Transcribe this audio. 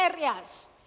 areas